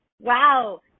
wow